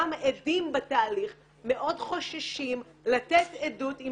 גם עדים בתהליך מאוד חוששים לתת עדות אם